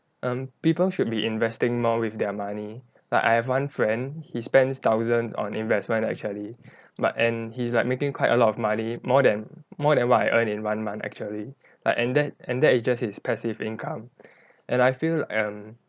um people should be investing more with their money like I have one friend he spends thousands on investment actually but and he's like making quite a lot of money more than more than what I earn in one month actually like and that and that is just his passive income and I feel like um